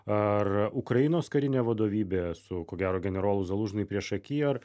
ar ukrainos karinė vadovybė su ko gero generolu zalūžnu priešaky ar